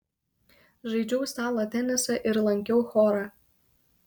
žaidžiau stalo tenisą ir lankiau chorą